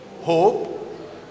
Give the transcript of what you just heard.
hope